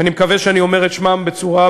ואני מקווה שאני אומר את השמות בצורה,